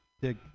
Dig